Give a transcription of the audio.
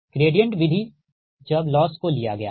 gradient विधि जब loss को लिया गया है